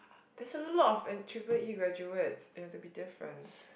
there's a lot of triple E graduates you have to be different